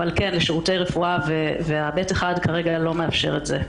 אבל כן לשירותי רפואה ו-ב-1 כרגע לא מאפשר את זה.